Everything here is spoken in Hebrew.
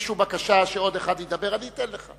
תגישו בקשה שעוד אחד ידבר, אני אתן לך.